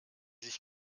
sich